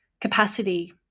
capacity